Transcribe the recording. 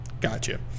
Gotcha